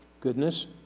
goodness